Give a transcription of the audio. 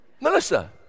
Melissa